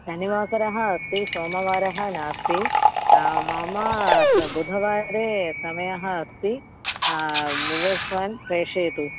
शनिवासरः अस्ति सोमवासरः नास्ति मम श बुधवासरे समयः अस्ति विवस्वन्तं प्रेषयतु